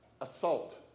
assault